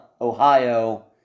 Ohio